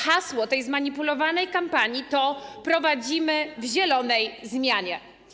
Hasło tej zmanipulowanej kampanii to: Prowadzimy w zielonej zmianie.